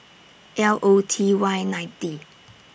L O T Y ninety